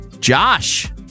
Josh